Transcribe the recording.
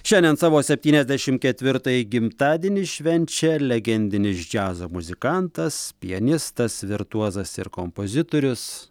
šiandien savo septyniasdešim ketvirtąjį gimtadienį švenčia legendinis džiazo muzikantas pianistas virtuozas ir kompozitorius